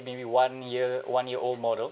maybe one year one year old model